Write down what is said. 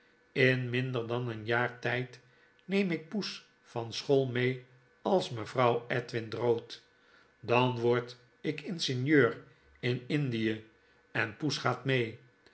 in iriinder dan een jaar tijds neem ik poes van school mee als mevrouw edwin drood dan word ik ingenieur in indie en poes gaat mee